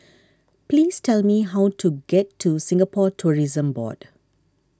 please tell me how to get to Singapore Tourism Board